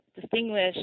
distinguish